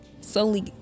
slowly